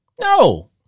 No